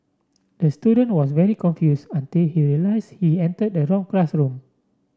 the student was very confused until he realised he entered the wrong classroom